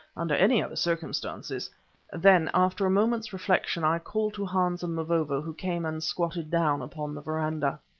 under any other circumstances then after a moment's reflection i called to hans and mavovo, who came and squatted down upon the verandah.